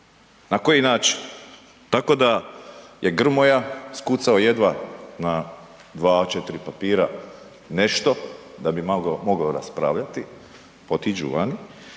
Na koji način? Tako da je Grmoja skucao jedva na 2 od 4 papira nešto da bi mogao raspravljati, otiđu van